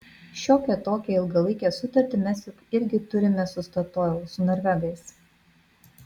šiokią tokią ilgalaikę sutartį mes juk irgi turime su statoil su norvegais